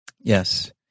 Yes